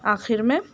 آخر میں